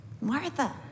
Martha